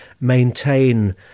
maintain